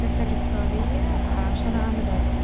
اسافر السعوديه عشان اعمل عمره.